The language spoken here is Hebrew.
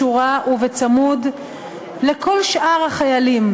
בשורה ובצמוד לכל שאר החיילים,